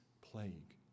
plague